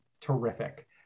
terrific